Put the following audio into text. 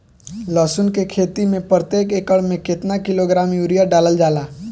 लहसुन के खेती में प्रतेक एकड़ में केतना किलोग्राम यूरिया डालल जाला?